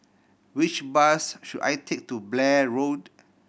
which bus should I take to Blair Road